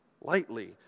lightly